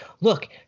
look